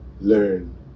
learn